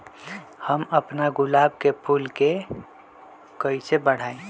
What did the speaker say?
हम अपना गुलाब के फूल के कईसे बढ़ाई?